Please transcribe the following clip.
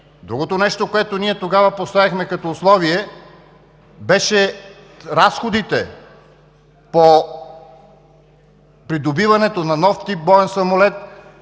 Другото нещо, което ние тогава поставихме като условие, беше разходите по придобиването на нов тип боен самолет